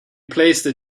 placed